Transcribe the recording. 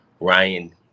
Ryan